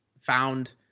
found